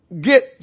get